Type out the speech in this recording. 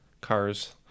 Cars